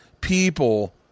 people